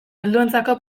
helduentzako